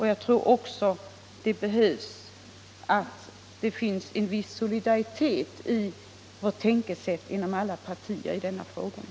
Jag tror också att det behövs ett solidariskt tänkesätt inom alla partier i dessa frågor.